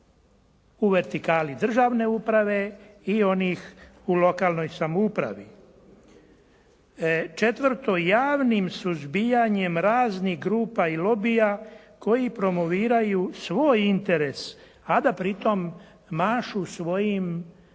u vertikali državne uprave i onih u lokanoj samoupravi. Četvrto, javnim suzbijanjem raznih grupa i lobija koji promoviraju svoj interes, a da pritom mašu svojim